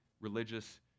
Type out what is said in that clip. religious